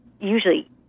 usually